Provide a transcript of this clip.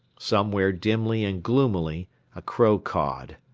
somewhere dimly and gloomily a crow cawed.